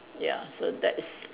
ya so that is